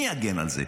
מי יגן על זה?